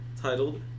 titled